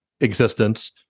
existence